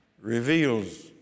reveals